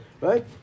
Right